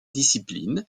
disciplines